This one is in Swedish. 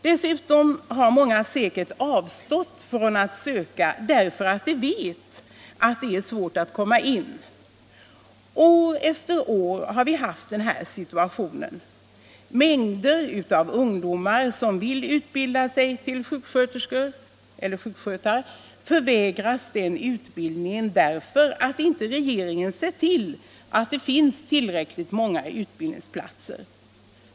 Dessutom har många säkert avstått från att söka därför att de vet att det är svårt att komma in. | År efter år har vi haft den här situationen. Mängder av ungdomar, som vill utbilda sig till sjuksköterska eller sjukskötare, förvägras den utbildningen därför att inte regeringen sett till att det finns tillräckligt många utbildningsplatser.